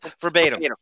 Verbatim